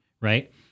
right